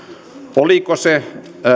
oliko